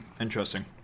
Interesting